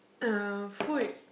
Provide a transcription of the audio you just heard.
uh food